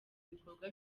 ibikorwa